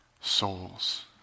souls